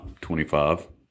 25